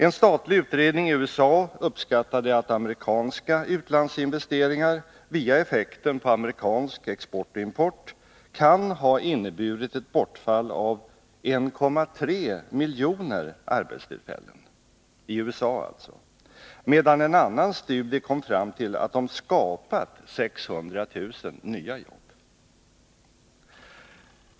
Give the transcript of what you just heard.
En statlig utredning i USA uppskattade att amerikanska utlandsinvesteringar — via effekten på amerikansk export och import — kan ha inneburit ett bortfall av 1,3 miljoner arbetstillfällen i USA, medan en annan studie kom fram till att de skapat 600 000 nya jobb.